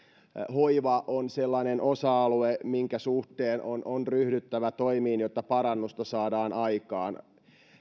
hoiva on sellainen osa alue minkä suhteen on on ryhdyttävä toimiin jotta parannusta saadaan aikaan